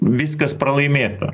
viskas pralaimėta